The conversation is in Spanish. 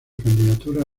candidaturas